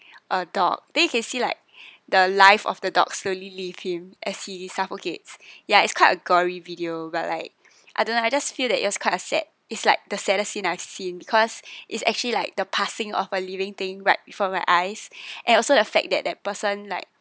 a dog then you can see like the life of the dog's slowly leave him as he suffocate ya it's quite a gory video but like I don't know I just feel that it was kind of sad is like the saddest scene I've seen because it's actually like the passing of a living thing right before my eyes and also the fact that that person like